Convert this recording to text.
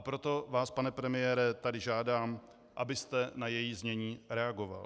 Proto vás, pane premiére, tady žádám, abyste na její znění reagoval.